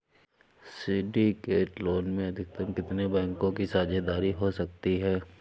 Syndicate loan में अधिकतम कितने बैंकों की साझेदारी हो सकती है?